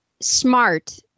smart